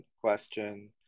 question